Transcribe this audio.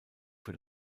für